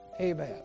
Amen